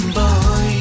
boy